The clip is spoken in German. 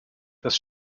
das